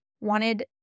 wanted